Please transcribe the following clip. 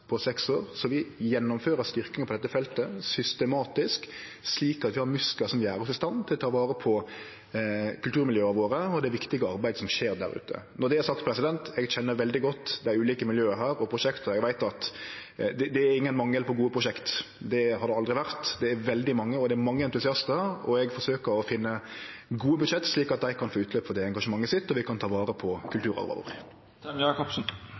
på seks år. Vi gjennomfører ei styrking på dette feltet systematisk, slik at vi har musklar som gjer oss i stand til å ta vare på kulturmiljøa våre og det viktige arbeidet som skjer der ute. Når det er sagt: Eg kjenner veldig godt dei ulike miljøa og prosjekta, og eg veit at det er ingen mangel på gode prosjekt. Det har det aldri vore, det er veldig mange, det er mange entusiastar, og eg forsøkjer å finne gode budsjett, slik at dei kan få utløp for engasjementet sitt og vi kan ta vare på